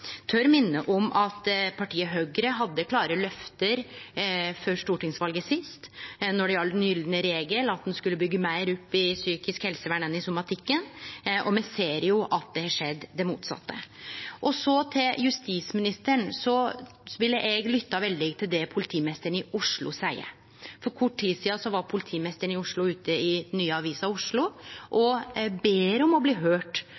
minne om at partiet Høgre hadde klare løfte før stortingsvalet sist når det gjaldt den gylne regel, at ein skulle byggje meir opp i psykisk helsevern enn i somatikken. Me ser at det motsette har skjedd. Så til justisministeren: Eg ville ha lytta veldig til det politimeisteren i Oslo seier. For kort tid sidan var politimeisteren i Oslo ute i den nye Avisa Oslo og bad om å bli høyrt